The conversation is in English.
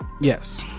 Yes